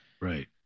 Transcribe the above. right